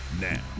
Now